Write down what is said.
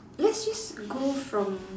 let's just go from